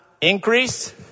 Increase